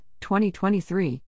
2023